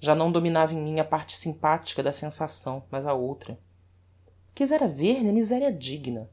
já não dominava em mim a parte sympathica da sensação mas a outra quizera ver-lhe a miseria digna